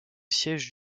siège